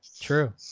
True